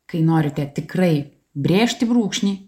kai norite tikrai brėžti brūkšnį